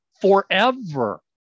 forever